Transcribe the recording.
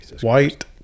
white